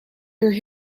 your